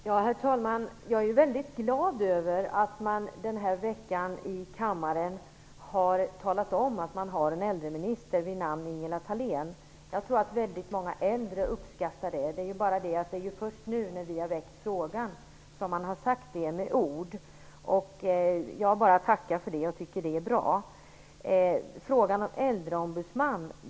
Herr talman! Jag är väldigt glad över att man den här veckan i kammaren har talat om att det finns en äldreminister vid namn Ingela Thalén. Jag tror att väldigt många äldre uppskattar det. Det är bara det att det är först nu, när vi har väckt frågan, som detta har sagts. Det tackar jag för och jag tycker att det är bra. Så till frågan om en äldreombudsman.